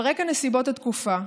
על רקע נסיבות התקופה,